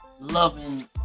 Loving